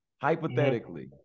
hypothetically